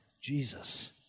Jesus